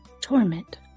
torment